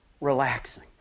relaxing